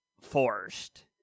forced